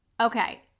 Okay